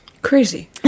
crazy